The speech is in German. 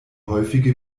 häufige